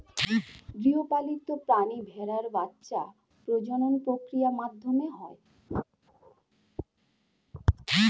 গৃহপালিত প্রাণী ভেড়ার বাচ্ছা প্রজনন প্রক্রিয়ার মাধ্যমে হয়